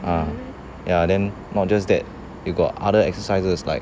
ah ya then not just that you got other exercises like